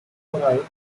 coral